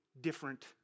different